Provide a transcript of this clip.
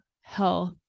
health